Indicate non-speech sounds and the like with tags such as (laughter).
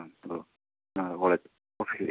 ആ hello (unintelligible) okay ശെരി